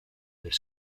per